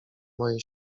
moje